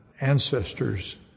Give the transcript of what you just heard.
ancestors